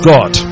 God